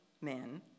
men